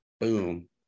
Boom